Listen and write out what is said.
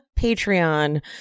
Patreon